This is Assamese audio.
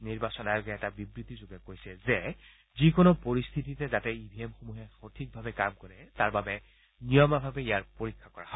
নিৰ্বাচন আয়োগে এটা বিবৃতিযোগে কৈছে যে যিকোনো পৰিস্থিতিতে যাতে ই ভি এমসমূহে সঠিকভাৱে কাম কৰে তাৰ বাবে নিয়মীয়াভাৱে ইয়াৰ পৰীক্ষা কৰা হয়